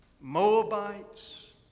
Moabites